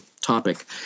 topic